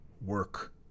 work